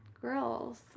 girls